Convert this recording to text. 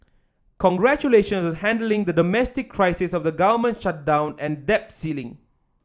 congratulations on handling the domestic crisis of the government shutdown and debt ceiling